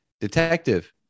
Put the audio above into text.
Detective